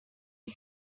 une